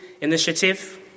initiative